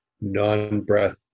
non-breath